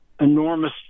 enormous